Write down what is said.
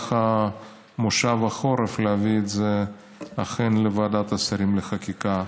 במהלך כנס החורף להביא את זה לוועדת השרים לחקיקה.